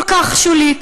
כל כך שולית: